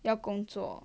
要工作